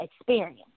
experience